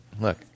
Look